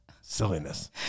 Silliness